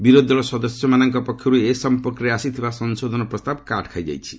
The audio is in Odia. ବିରୋଧୀଦଳ ସଦସ୍ୟମାନଙ୍କ ପକ୍ଷରୁ ଏ ସମ୍ପର୍କରେ ଆସିଥିବା ସଂଶୋଧନ ପ୍ରସ୍ତାବ କାଟ୍ ଖାଇଯାଇଛି